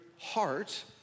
heart